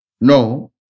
No